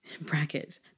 Brackets